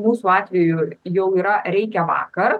mūsų atveju jau yra reikia vakar